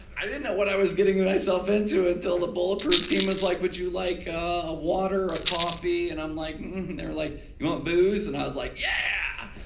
i didn't know what i was getting myself into until the bulletproof team was like would you like a water, a coffee? and i'm like, hmm-mm, and they're like, you want booze? and i was like, yeah!